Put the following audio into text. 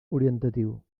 orientatiu